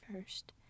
first